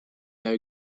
are